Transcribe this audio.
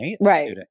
right